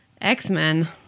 X-Men